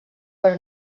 però